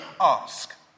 ask